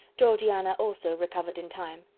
georgiana also recovered in time,